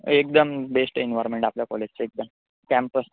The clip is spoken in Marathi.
एकदम बेस्ट एन्व्हॉरमेंट आपल्या कॉलेजचे एकदम कॅम्पस